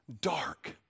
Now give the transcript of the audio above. Dark